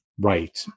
right